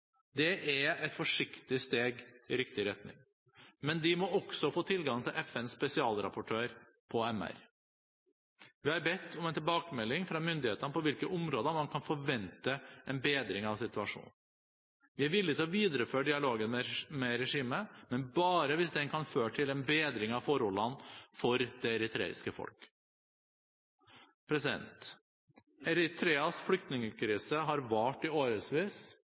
Det er et forsiktig steg i riktig retning. Men de må også få tilgang til FNs spesialrapportør for menneskerettigheter. Vi har bedt om en tilbakemelding fra myndighetene om på hvilke områder man kan forvente en bedring av situasjonen. Vi er villig til å videreføre dialogen med regimet, men bare hvis den kan føre til en bedring av forholdene for det eritreiske folk. Eritreas flyktningkrise har vart i